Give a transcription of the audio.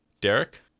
Derek